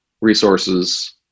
resources